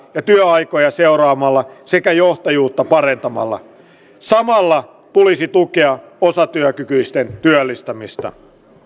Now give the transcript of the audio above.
ja työaikoja seuraamalla sekä johtajuutta parantamalla samalla tulisi tukea osatyökykyisten työllistämistä